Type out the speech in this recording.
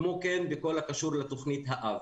כמו כן בכל הקשור לתוכנית אב,